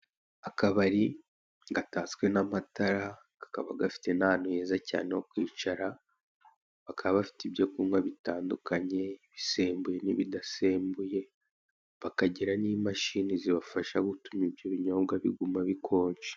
Akabari gatatswe n'amatara kakaba gafite n'ahantu heza cyane ho kwicara, bakaba bafite ibyo kunywa bitandukanye ibisembuye n'ibidasembuye bakagira n'imamshini zibafasha gutuma ibyo binyobwa biguma bikonje.